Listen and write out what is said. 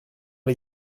les